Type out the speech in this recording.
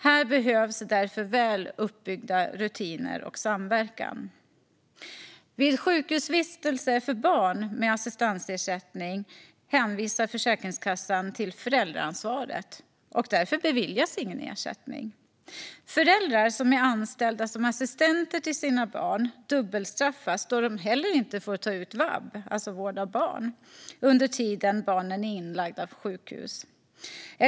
Här behövs därför väl uppbyggda rutiner och samverkan. Vid sjukhusvistelse för barn med assistansersättning hänvisar Försäkringskassan till föräldraansvaret. Därför beviljas ingen ersättning. Föräldrar som är anställda som assistenter till sina barn dubbelbestraffas då de heller inte får ta ut vab, alltså för vård av barn, under tiden barnen är inlagda på sjukhus.